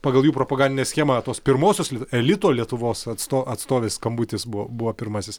pagal jų propagandinę schemą tuos pirmuosius elito lietuvos atsto atstovės skambutis bu buvo pirmasis